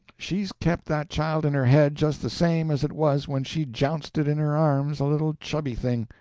she's kept that child in her head just the same as it was when she jounced it in her arms a little chubby thing.